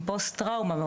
עם פוסט טראומה,